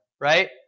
right